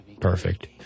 perfect